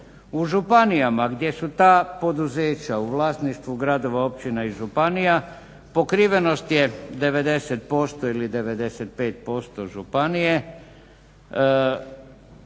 U županijama gdje su ta poduzeća u vlasništvu gradova, općina i županija, pokrivenost je 90% ili 95% županije.